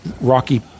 rocky